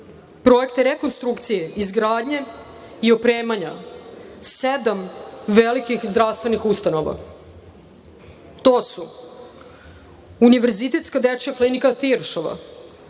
projekte rekonstrukcije, izgradnje i opremanja sedam velikih zdravstvenih ustanova. To su Univerzitetska dečija klinika „Tiršova“,